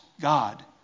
God